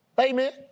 Amen